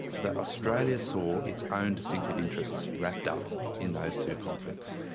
that australia saw its own distinctive interests wrapped up in those two conflicts.